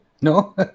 No